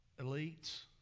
elites